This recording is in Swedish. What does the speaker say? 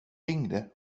ringde